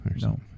No